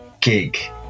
gig